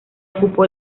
ocupó